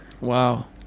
Wow